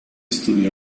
estudió